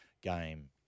game